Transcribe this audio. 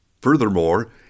FURTHERMORE